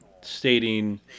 stating